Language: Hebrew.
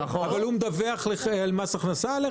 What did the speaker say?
הוא מדווח למס הכנסה עליך?